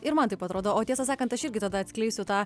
ir man taip atrodo o tiesą sakant aš irgi tada atskleisiu tą